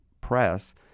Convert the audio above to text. press